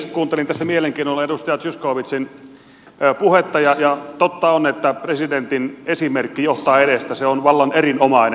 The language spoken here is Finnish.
kuuntelin tässä mielenkiinnolla edustaja zyskowiczin puhetta ja totta on että presidentin esimerkki johtaa edestä on vallan erinomainen